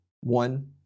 one